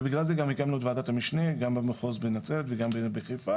בגלל זה אנחנו הקמנו את ועדת המשנה גם במחוז נצרת וגם בחיפה,